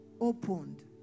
opened